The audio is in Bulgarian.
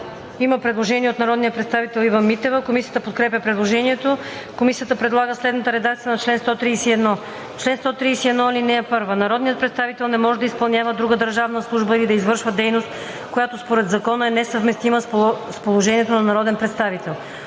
има предложение на народния представител Ива Митева. Комисията подкрепя предложението. Комисията подкрепя по принцип текста и предлага следната редакция на чл. 131: „Чл. 131. (1) Народният представител не може да изпълнява друга държавна служба или да извършва дейност, която според закона е несъвместима с положението на народен представител.